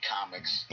Comics